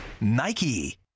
Nike